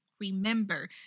Remember